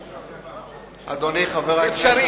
אי-אפשר.